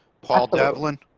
lowell devlin